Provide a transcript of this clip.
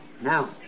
Now